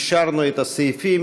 אישרנו את הסעיפים.